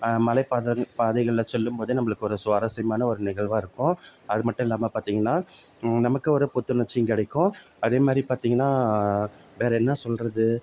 மலைபாதைன் பாதைகளை சொல்லும் போதே நம்பளுக்கு ஒரு சுவாரஸ்யமான ஒரு நிகழ்வா இருக்கும் அது மட்டும் இல்லாமல் பார்த்திங்கன்னா நமக்கு ஒரு புத்துணர்ச்சியும் கிடைக்கும் அதே மாதிரி பார்த்திங்கன்னா வேறு என்ன சொல்லுறது